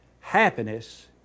Happiness